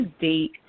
date